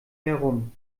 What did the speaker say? herum